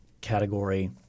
category